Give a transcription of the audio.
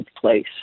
place